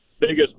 biggest